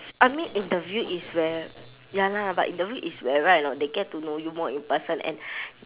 I mean interview is where ya lah but interview is where right or not they get to know you more in person and